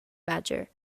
badger